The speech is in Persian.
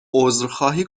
عذرخواهی